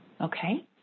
Okay